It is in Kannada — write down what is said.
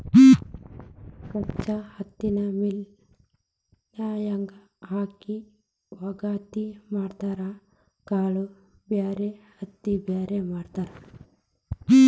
ಕಚ್ಚಾ ಹತ್ತಿನ ಮಿಲ್ ನ್ಯಾಗ ಹಾಕಿ ವಗಾತಿ ಮಾಡತಾರ ಕಾಳ ಬ್ಯಾರೆ ಹತ್ತಿ ಬ್ಯಾರೆ ಮಾಡ್ತಾರ